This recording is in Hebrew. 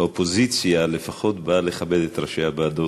האופוזיציה, לפחות, באה לכבד את ראשי הוועדות.